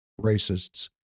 racists